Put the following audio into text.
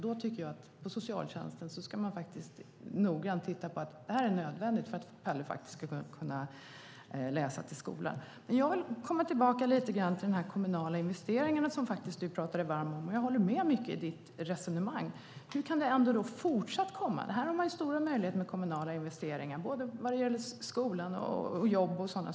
Då tycker jag att socialtjänsten noga ska titta på om det är nödvändigt för att Pelle faktiskt ska kunna läsa i skolan. Jag vill komma tillbaka lite grann till de kommunala investeringar som du talade dig varm om. Jag håller med om mycket i ditt resonemang. Här har man stora möjligheter med kommunala investeringar vad gäller skola, jobb och så vidare.